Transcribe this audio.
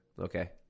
Okay